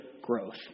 growth